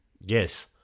Yes